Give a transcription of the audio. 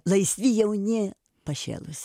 laisvi jauni pašėlusiai